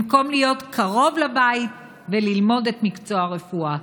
במקום להיות קרוב לבית וללמוד את מקצוע הרפואה.